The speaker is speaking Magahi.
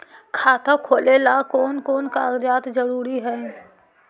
खाता खोलें ला कोन कोन कागजात जरूरी है?